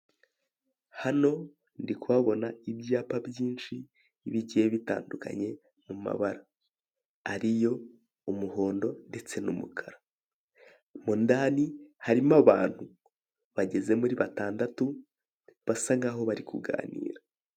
Hano ndikuhabona ibyapa byinshi bigiye bitandukanye mu mabara, ariyo umuhondo ndetse n'umukara, mo ndani harimo abantu bageze muri batandatu basa nkaho bari kuganira.